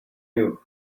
you